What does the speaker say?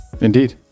indeed